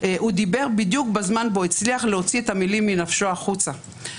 הוא דיבר בדיוק בזמן בו הצליח להוציא את המילים מנפשו החוצה,